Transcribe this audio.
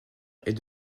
est